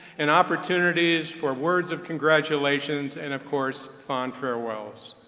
and opportunities for words of congratulations, and of course on farewells.